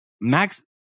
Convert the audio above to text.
Max